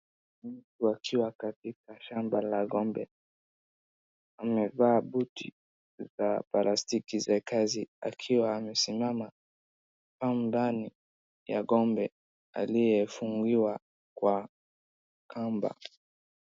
Mtu akiwa katika shamba la ng'ombe amevaa buti za plastiki za kazi akiwa amesimama au ndani ya ng'ombe aliyefungiwa kwa kamba.